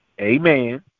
Amen